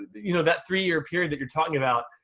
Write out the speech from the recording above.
you know that three year period that you're talking about,